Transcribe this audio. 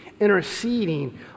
interceding